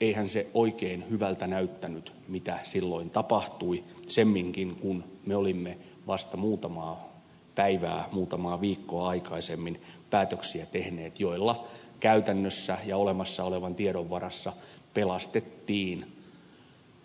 eihän se oikein hyvältä näyttänyt mitä silloin tapahtui semminkin kun me olimme vasta muutamaa päivää muutamaa viikkoa aikaisemmin sellaisia päätöksiä tehneet joilla käytännössä ja olemassa olevan tiedon varassa pelastettiin